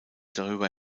darüber